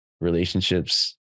relationships